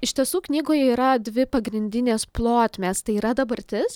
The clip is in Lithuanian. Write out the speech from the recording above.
iš tiesų knygoje yra dvi pagrindinės plotmės tai yra dabartis